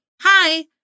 Hi